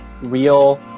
real